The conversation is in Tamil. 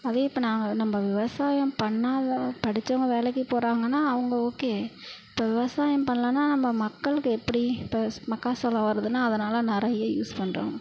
அதே இப்போ நாங்கள் நம்ப விவசாயம் பண்ணாத படித்தவங்க வேலைக்கு போகிறாங்கன்னா அவங்க ஓகே இப்போ விவசாயம் பண்ணலன்னா நம்ம மக்களுக்கு எப்படி இப்போ மக்காச்சோளம் வருதுன்னால் அதனால் நிறையா யூஸ் பண்ணுறாங்க